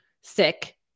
sick